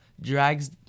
drags